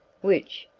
which,